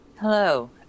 Hello